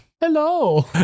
Hello